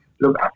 Look